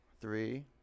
three